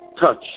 touch